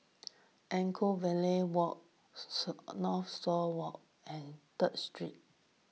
Anchorvale Walk Northshore Walk and Third Street